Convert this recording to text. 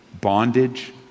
bondage